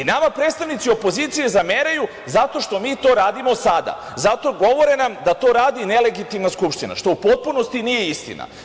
Nama predstavnici opozicije zameraju zato što mi to radimo sada, govore nam da to radi nelegitimna Skupština, što u potpunosti nije istina.